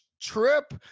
trip